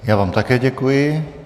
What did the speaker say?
Já vám také děkuji.